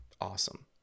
awesome